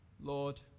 Lord